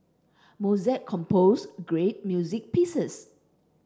Mozart composed great music pieces